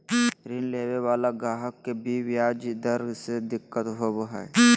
ऋण लेवे वाला गाहक के भी ब्याज दर से दिक्कत होवो हय